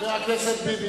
יש בעיה של שכחה.